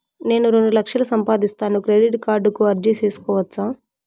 నేను రెండు లక్షలు సంపాదిస్తాను, క్రెడిట్ కార్డుకు అర్జీ సేసుకోవచ్చా?